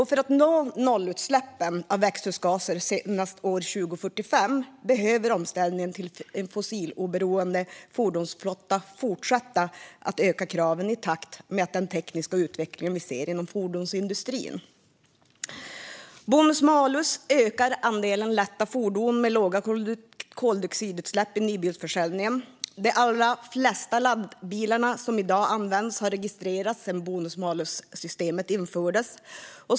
För att nå nollutsläppen av växthusgaser senast år 2045 behöver omställningen till en fossiloberoende fordonsflotta fortsätta genom att man ökar kraven i takt med den tekniska utvecklingen inom fordonsindustrin. Bonus malus ökar andelen lätta fordon med låga koldioxidutsläpp i nybilsförsäljningen. De allra flesta laddbilar som i dag används har registrerats sedan bonus malus-systemet infördes.